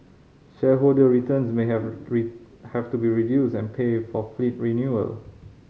shareholder returns may have have to be reduced and pay for fleet renewal